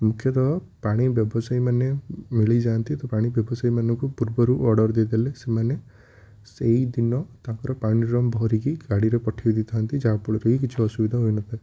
ମୁଖ୍ୟତଃ ପାଣି ବ୍ୟବସାୟୀମାନେ ମିଳିଯାଆନ୍ତି ତ ପାଣି ବ୍ୟବସାୟୀମାନଙ୍କୁ ପୂର୍ବରୁ ଅର୍ଡ଼ର୍ ଦେଇଦେଲେ ସେମାନେ ସେଇଦିନ ତା'ପରେ ପାଣି ଡ଼୍ରମ ଭରିକି ଗାଡ଼ିରେ ପଠେଇ ଦେଇଥାନ୍ତି ଯାହାଫଳରେକି କିଛି ଅସୁବିଧା ହୋଇନଥାଏ